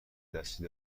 دستی